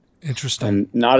Interesting